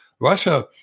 Russia